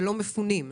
ולא מפונים.